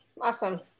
awesome